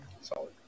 Solid